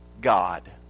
God